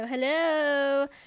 Hello